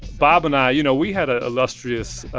bob and i, you know, we had an illustrious